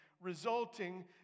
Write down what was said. resulting